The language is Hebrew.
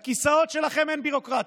לכיסאות שלכם, אין ביורוקרטיה.